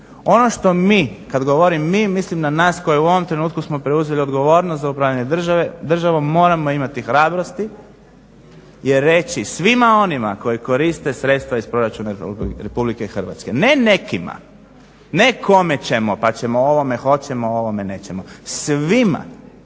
Ono što mi, kad govorim mi mislim na nas koji u ovom trenutku smo preuzeli odgovornost za upravljanje državom, moramo imati hrabrosti i reći svima onima koji koriste sredstva iz proračuna RH, ne nekima, ne kome ćemo, pa ćemo ovome, hoćemo ovome, nećemo, svima